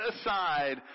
aside